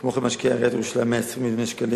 כמו כן משקיעה עיריית ירושלים 120 מיליוני שקלים